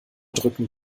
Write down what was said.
drücken